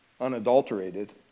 unadulterated